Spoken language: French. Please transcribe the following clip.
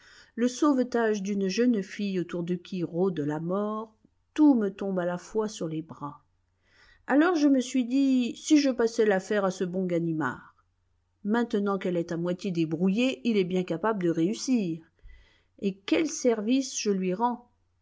le sauvetage d'une jeune fille autour de qui rôde la mort tout me tombe à la fois sur les bras alors je me suis dit si je passais l'affaire à ce bon ganimard maintenant qu'elle est à moitié débrouillée il est bien capable de réussir et quel service je lui rends